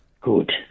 Good